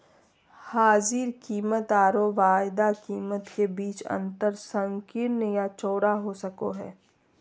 हाजिर कीमतआरो वायदा कीमत के बीच के अंतर संकीर्ण या चौड़ा हो सको हइ